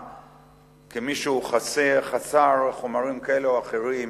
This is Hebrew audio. כמישהו שהוא חסר חומרים כאלה או אחרים,